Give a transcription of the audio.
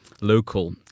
local